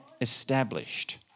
established